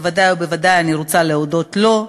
בוודאי ובוודאי אני רוצה להודות לו.